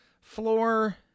Floor